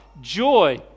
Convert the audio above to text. joy